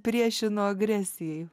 priešino agresijai